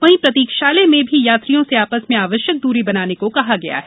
वहीं प्रतीक्षालय में भी यात्रियों से आपस में आवश्यक दूरी बनाने को कहा गया है